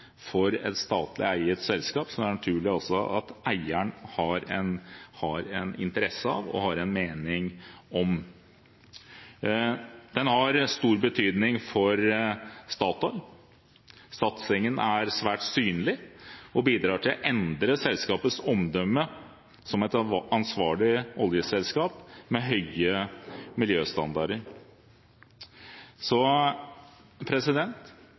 er et strategisk veivalg for et statlig eid selskap som det er naturlig at også eieren har en interesse av og en mening om. Den har stor betydning for Statoil. Satsingen er svært synlig og bidrar til å endre selskapets omdømme som et ansvarlig oljeselskap med høye miljøstandarder.